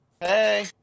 hey